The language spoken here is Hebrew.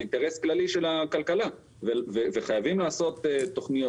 זה אינטרס כללי של הכלכלה וחייבים לעשות תכניות